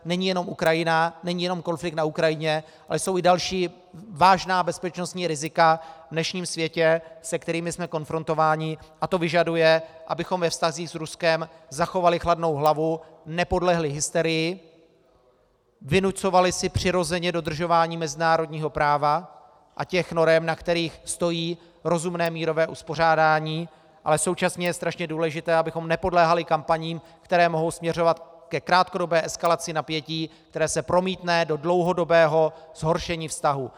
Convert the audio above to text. Není jenom Ukrajina, není jenom konflikt na Ukrajině, ale jsou i další vážná bezpečnostní rizika v dnešním světě, se kterými jsme konfrontováni, a to vyžaduje, abychom ve vztazích s Ruskem zachovali chladnou hlavu, nepodlehli hysterii, vynucovali si přirozeně dodržování mezinárodního práva a těch norem, na kterých stojí rozumné mírové uspořádání, ale současně je strašně důležité, abychom nepodléhali kampaním, které mohou směřovat ke krátkodobé eskalaci napětí, které se promítne do dlouhodobého zhoršení vztahů.